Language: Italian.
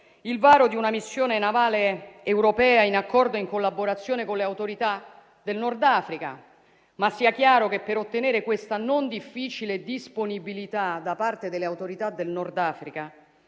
il varo di una missione navale europea in accordo e in collaborazione con le autorità del Nord Africa. Sia chiaro però che per ottenere questa non difficile disponibilità da parte delle autorità del Nord Africa